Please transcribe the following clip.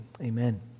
Amen